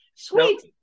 Sweet